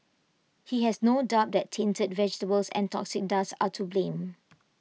he has no doubt that tainted vegetables and toxic dust are to blame